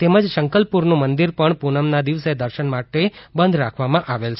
તેમજ શંખલપુરનું મંદિર પણ પૂનમના દિવસે દર્શન માટે બંધ રાખવામાં આવેલ છે